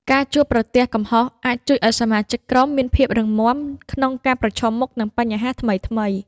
ការជួបប្រទះកំហុសអាចជួយឲ្យសមាជិកក្រុមមាន ភាពរឹងមាំ ក្នុងការប្រឈមមុខនឹងបញ្ហាថ្មីៗ។